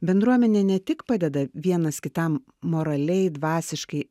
bendruomenė ne tik padeda vienas kitam moraliai dvasiškai